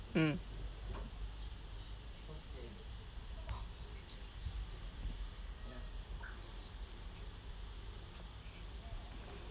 mm